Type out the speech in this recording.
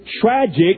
tragic